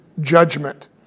judgment